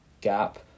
gap